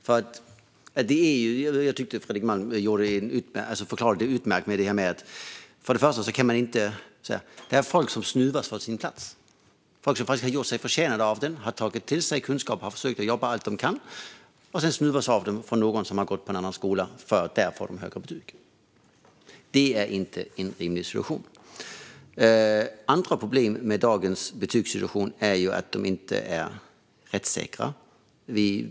Jag tyckte att Fredrik Malm förklarade detta utmärkt. Det är människor som snuvas på sina platser. De har gjort sig förtjänta av platserna, har tagit till sig kunskap och har försökt jobba allt de kan. Sedan snuvas de på sina platser av andra som har gått på andra skolor där de får högre betyg. Det är inte en rimlig situation. Ett annat problem med dagens betygssituation är att det inte är rättssäkert.